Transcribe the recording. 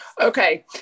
Okay